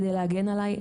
כדי להגן עליי,